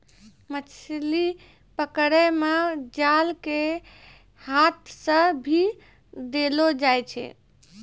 मछली पकड़ै मे जाल के हाथ से भी देलो जाय छै